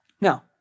Now